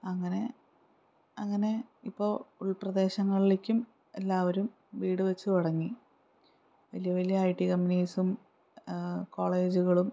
അങ്ങനെ അങ്ങനെ ഇപ്പോൾ ഉൾപ്രദേശങ്ങളിലേക്കും എല്ലാവരും വീട് വച്ചു തുടങ്ങി വലിയ വലിയ ഐ ടി കമ്പനീസും കോളേജുകളും